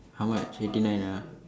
how much eighty nine ah